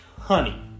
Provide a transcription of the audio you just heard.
honey